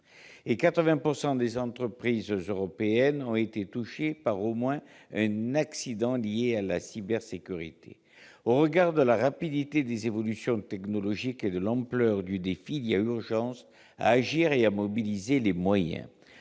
et 80 % des entreprises européennes ont été touchées par au moins un accident lié à la cybersécurité. Au regard de la rapidité des évolutions technologiques et de l'ampleur du défi, il y a urgence à agir et à mobiliser les moyens.